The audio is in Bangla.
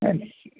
হ্যাঁ